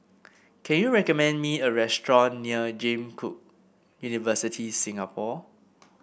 can you recommend me a restaurant near James Cook University Singapore